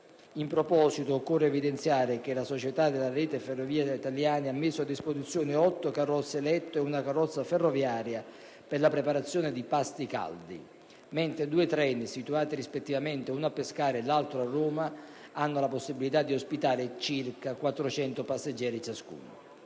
In proposito, preme evidenziare che la società della rete Ferrovie italiane ha messo a disposizione otto carrozze letto e una carrozza ferroviaria per la preparazione di pasti caldi, nonché due treni, situati rispettivamente uno a Pescara e l'altro a Roma, con la possibilità di ospitare circa 400 passeggeri ciascuno.